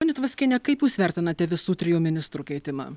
ponia tvaskiene kaip jūs vertinate visų trijų ministrų keitimą